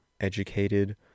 educated